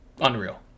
unreal